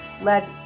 led